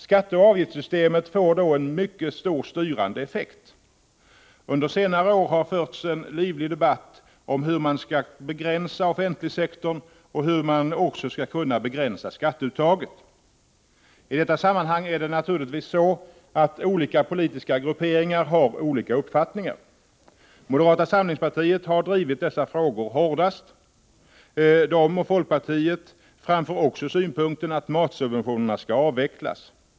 Skatteoch avgiftssystemet får då en mycket stor styrande effekt. Under senare år har förts en livlig debatt om hur man skall begränsa offentliga sektorn och även om hur man skall kunna begränsa skatteuttaget. I detta sammanhang är det naturligtvis så att olika politiska grupperingar har olika uppfattningar. Moderata samlingspartiet har drivit dessa frågor hårdast. Moderaterna och folkpartiet framför också synpunkten att matsubventionerna skall avvecklas.